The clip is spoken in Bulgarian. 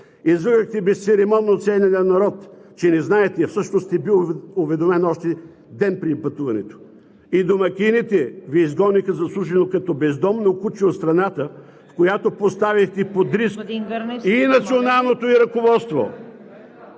Излъгахте безцеремонно целия ни народ, че не знаете, а всъщност сте бил уведомен ден преди пътуването. И домакините Ви изгониха заслужено като бездомно куче от страната, в която поставихте под риск... (Шум и реплики от